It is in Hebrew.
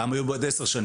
כמה יהיו בעוד 10 שנים?